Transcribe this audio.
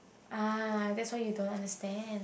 ah that's why you don't understand